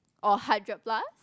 or hundred plus